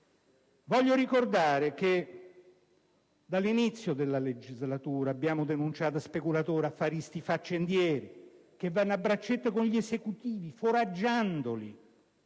Voglio ricordare che, dall'inizio della legislatura, abbiamo denunciato speculatori, affaristi e faccendieri che vanno a braccetto con gli Esecutivi, foraggiandoli